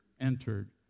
entered